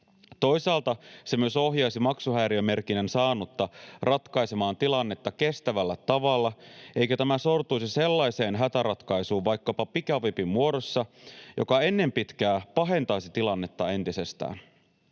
Toisaalta se myös ohjaisi maksuhäiriömerkinnän saanutta ratkaisemaan tilannetta kestävällä tavalla, eikä tämä sortuisi sellaiseen hätäratkaisuun vaikkapa pikavipin muodossa, joka ennen pitkää pahentaisi tilannetta entisestään.